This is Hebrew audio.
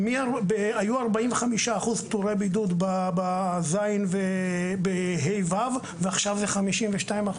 היו 45% פטורי בידוד ב-ז' וב-ה'-ו' ועכשיו זה 52%,